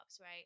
right